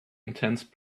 intense